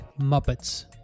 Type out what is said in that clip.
Muppets